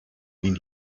been